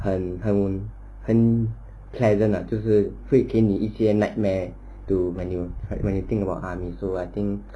很很很 pleasant ah 就是会给你一些 nightmare to when you think about army so I think